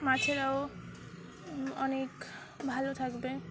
মাছেরাও অনেক ভালো থাকবে